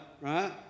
right